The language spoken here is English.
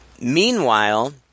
Meanwhile